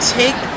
take